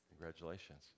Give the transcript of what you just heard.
Congratulations